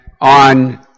on